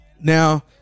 Now